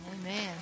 Amen